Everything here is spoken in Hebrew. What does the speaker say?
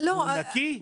הוא נקי?